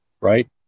Right